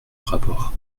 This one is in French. rapport